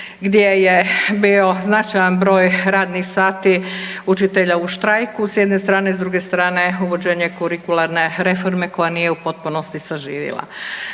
gdje je bio značajan broj radnih sati učitelja u štrajku s jedne strane, s druge strane uvođenje kurikularne reforme koja nije u potpunosti saživila.